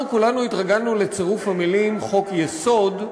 אנחנו כולנו התרגלנו לצירוף המילים: חוק-יסוד,